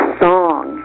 song